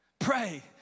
Pray